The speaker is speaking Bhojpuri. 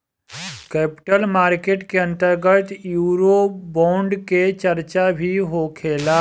कैपिटल मार्केट के अंतर्गत यूरोबोंड के चार्चा भी होखेला